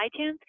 iTunes